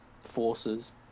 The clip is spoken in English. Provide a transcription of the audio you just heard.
forces